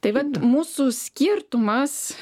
tai vat mūsų skirtumas